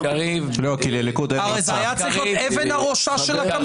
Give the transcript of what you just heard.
הרי זה היה צריך להיות אבן הראשה של הקמפיין.